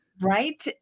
Right